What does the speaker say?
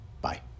bye